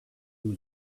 you